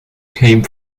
came